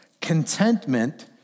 Contentment